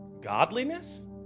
Godliness